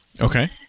Okay